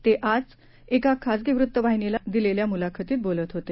ते आज एका खाजगी वृत्तवाहिनीला दिलेल्या मुलाखतीत बोलत होते